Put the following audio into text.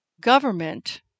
government